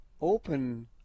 open